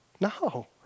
no